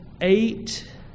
eight